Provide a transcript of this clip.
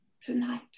tonight